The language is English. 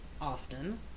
often